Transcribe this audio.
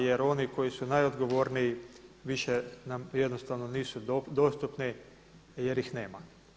Jer oni koji su najodgovorniji više nam jednostavno nisu dostupni jer ih nema.